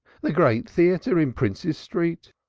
the great theatre in prince's street,